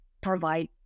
provide